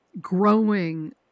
growing